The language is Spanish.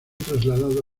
trasladado